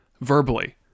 verbally